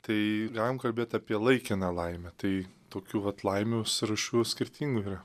tai galim kalbėt apie laikiną laimę tai tokių vat laimius rūšių skirtingų yra